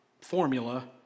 formula